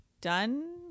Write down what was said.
done